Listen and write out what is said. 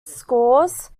scores